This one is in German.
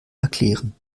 erklären